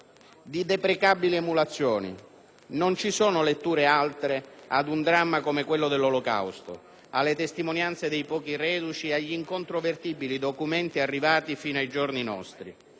di deprecabili emulazioni. Non ci sono «letture altre» ad un dramma come quello dell'Olocausto, alle testimonianze dei pochi reduci, agli incontrovertibili documenti arrivati fino ai giorni nostri.